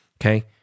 okay